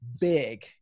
big